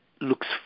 looks